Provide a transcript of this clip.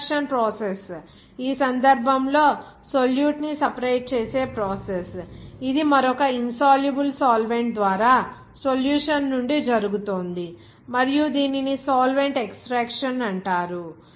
extraction process ఈ సందర్భంలోసోల్యూట్ ని సెపరేట్ చేసే ప్రాసెస్ ఇది మరొక ఇన్ సాల్యుబుల్ సాల్వెంట్ ద్వారా సొల్యూషన్ నుండి జరుగుతోంది మరియు దీనిని సాల్వెంట్ ఎక్స్ట్రాక్షన్ అంటారు